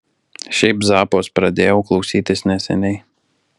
šiaip zappos pradėjau klausytis neseniai